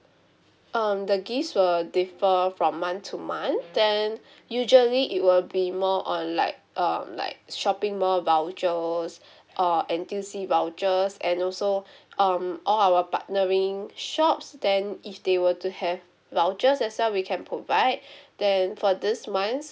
um the gifts will differ from month to month then usually it will be more on like um like shopping mall vouchers uh N_T_U_C vouchers and also um all our partnering shops then if they were to have vouchers as well we can provide then for this month's